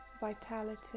vitality